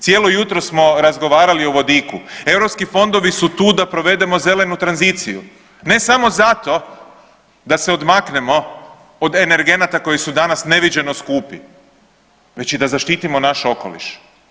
Cijelo jutro smo razgovarali o vodiku, europski fondovi su tu da provedemo zelenu tranziciju, ne samo zato da se odmaknemo od energenata koji su danas neviđeno skupi, već i da zaštitimo naš okoliš.